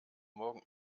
morgen